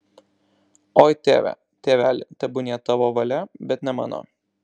oi tėve tėveli tebūnie tavo valia bet ne mano